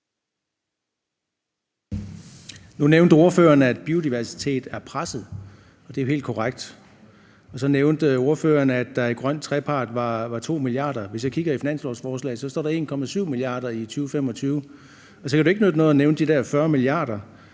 Nu nævnte ordføreren, at biodiversiteten er presset. Det er helt korrekt. Så nævnte ordføreren, at der i den grønne trepartsaftale var 2 mia. kr. Hvis jeg kigger i finanslovsforslaget, står der 1,7 mia. kr. i 2025. Så kan det jo ikke nytte noget at nævne de der